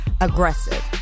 aggressive